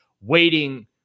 waiting